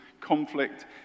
conflict